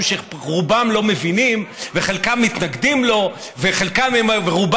שרובם לא מבינים וחלקם מתנגדים לו ורובם,